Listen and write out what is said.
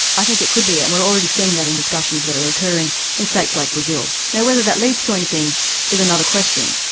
i think it could be, and we are already seeing that in discussions that are occurring in states like brazil. whether that leads to anything is another question.